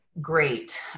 Great